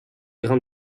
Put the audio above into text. grain